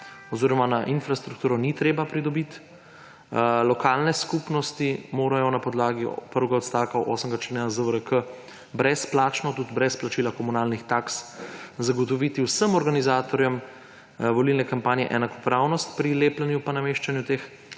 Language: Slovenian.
političnim strankam ni treba pridobiti, lokalne skupnosti morajo na podlagi prvega odstavka 8. člena ZVRK brezplačno, tudi brez plačila komunalnih taks zagotoviti vsem organizatorjem volilne kampanje enakopravnost pri lepljenju pa nameščanju teh